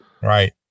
right